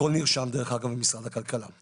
הכל נרשם במשרד הכלכלה, דרך אגב.